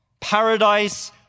Paradise